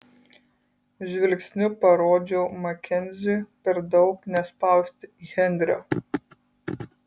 žvilgsniu parodžiau makenziui per daug nespausti henrio